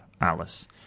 Alice